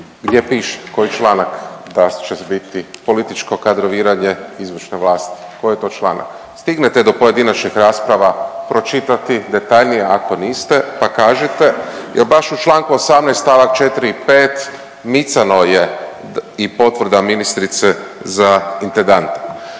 gdje piše, koji članak da će biti političko kadroviranje izvršne vlasti. Koji je to članak? Stignete do pojedinačnih rasprava pročitati detaljnije ako niste, pa kažite jer baš u Članku 18. stavak 4. i 5. micano je i potvrda ministrice za intendanta.